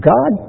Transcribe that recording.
God